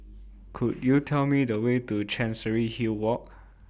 Could YOU Tell Me The Way to Chancery Hill Walk